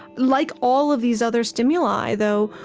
like all of these other stimuli, though,